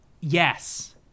yes